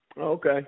Okay